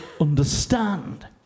understand